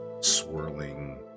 swirling